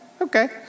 okay